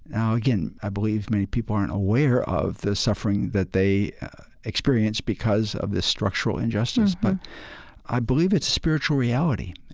ah again, i believe many people aren't aware of the suffering that they experience because of this structural injustice, but i believe it's spiritual reality.